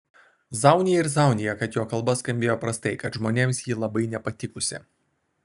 zaunija ir zaunija kad jo kalba skambėjo prastai kad žmonėms ji labai nepatikusi